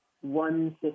one